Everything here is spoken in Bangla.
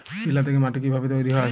শিলা থেকে মাটি কিভাবে তৈরী হয়?